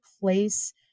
place